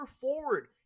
forward